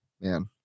man